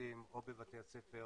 או בבתי ספר